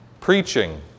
preaching